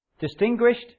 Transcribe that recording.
Distinguished